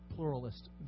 Pluralist